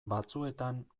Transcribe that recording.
batzuetan